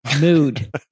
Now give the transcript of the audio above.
mood